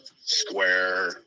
square